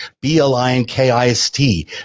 B-L-I-N-K-I-S-T